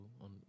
on